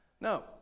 no